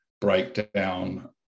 breakdown